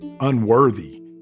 Unworthy